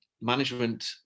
management